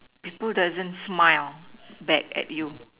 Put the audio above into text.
people doesn't smile back at you